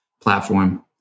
platform